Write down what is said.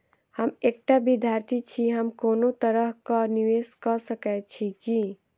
हम एकटा विधार्थी छी, हम कोनो तरह कऽ निवेश कऽ सकय छी की?